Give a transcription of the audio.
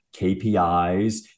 KPIs